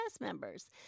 members